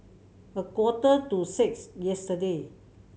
a quarter to six yesterday